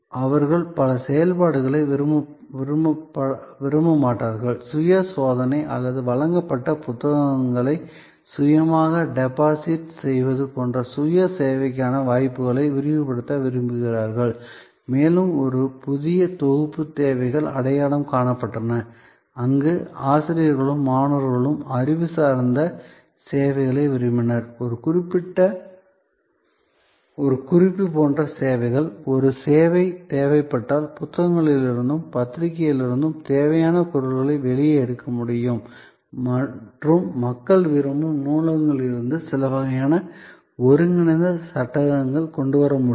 அவர்கள் பல செயல்பாடுகளை விரும்பமாட்டார்கள் சுய சோதனை அல்லது வழங்கப்பட்ட புத்தகங்களை சுயமாக டெபாசிட் செய்வது போன்ற சுய சேவைக்கான வாய்ப்புகளை விரிவுபடுத்த விரும்புகிறார்கள் மேலும் ஒரு புதிய தொகுப்பு தேவைகள் அடையாளம் காணப்பட்டன அங்கு ஆசிரியர்களும் மாணவர்களும் அதிக அறிவு சார்ந்த சேவைகளை விரும்பினர் ஒரு குறிப்பு போன்ற சேவைகள் ஒரு சேவை தேவைப்பட்டால் புத்தகங்களிலிருந்தும் பத்திரிகைகளிலிருந்தும் தேவையான பொருட்களை வெளியே எடுக்க முடியும் மற்றும் மக்கள் விரும்பும் நூலகங்களிலிருந்து சில வகையான ஒருங்கிணைந்த சட்டகங்களை கொண்டு வர முடியும்